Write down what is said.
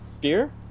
beer